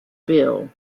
bill